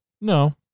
No